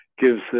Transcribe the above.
gives